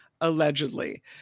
allegedly